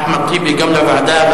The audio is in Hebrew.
אחמד טיבי, גם בוועדה.